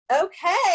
Okay